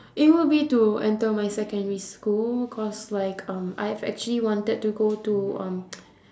it would be to enter my secondary school because like um I have actually wanted to go to um